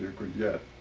could get.